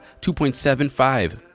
2.75